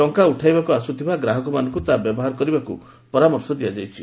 ଟଙ୍କା ଉଠାଇବାକୁ ଆସୁଥିବା ଗ୍ରାହକମାନଙ୍କୁ ତାହା ବ୍ୟବହାର କରିବାକୁ ପରାମର୍ଶ ଦିଆଯାଇଛି